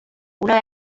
una